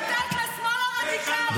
לתת לשמאל הרדיקלי,